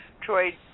Troy